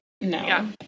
No